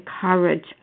courage